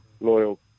loyal